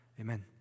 Amen